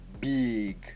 big